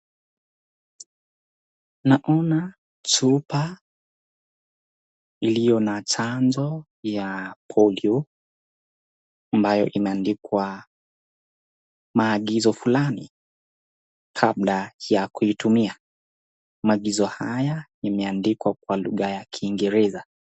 Naona chupa ilio na chanjo ya polio ambayo imeandikwa maagizo fulani kabla ya kuitumia. Maagizo haya imeandikwa kwa lugha ya kiingereza.